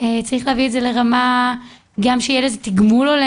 צריך להביא את זה לרמה גם שיהיה לזה תגמול הולם,